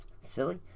silly